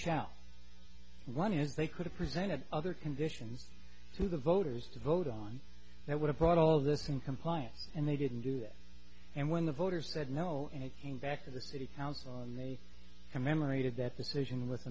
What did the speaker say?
as they could have presented other conditions to the voters to vote on that would have brought all of this in compliance and they didn't do that and when the voters said no and it came back to the city council and they commemorated that decision with